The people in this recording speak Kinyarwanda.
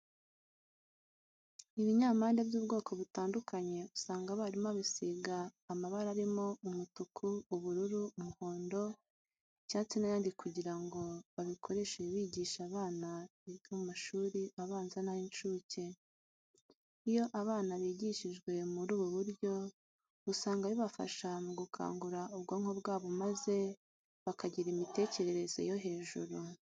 Ibinyampande by'ubwoko butandukanye usanga abarimu babisiga amabara arimo umutuku, ubururu, umuhondo, icyatsi n'ayandi kugira ngo babikoreshe bigisha abana biga mu mashuri abanza n'ay'incuke. Iyo abana bigishijwe muri ubu buryo, usanga bibafasha mu gukangura ubwonko bwabo maze bakagira imitekerereze yo hejuru.